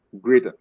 great